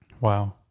Wow